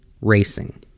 racing